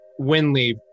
Winley